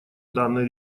данной